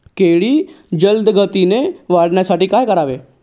केळी जलदगतीने वाढण्यासाठी काय करावे?